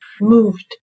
moved